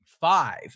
five